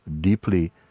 deeply